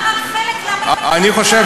אני חושב